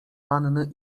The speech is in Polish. wanny